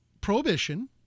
prohibition